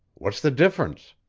what's the difference?